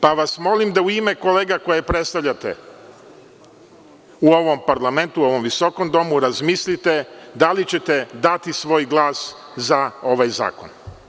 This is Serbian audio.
Pa vas molim da u ime kolega koje predstavljate u ovom parlamentu, u ovom visokom domu, razmislite da li ćete dati svoj glas za ovaj zakon.